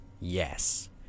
yes